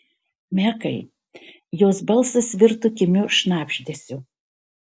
mekai jos balsas virto kimiu šnabždesiu